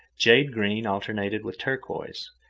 jade green alternated with turquoise,